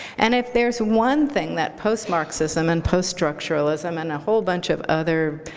and if there's one thing that post-marxism and post-structuralism and a whole bunch of other